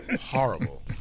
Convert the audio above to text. Horrible